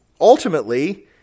ultimately